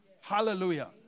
Hallelujah